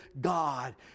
God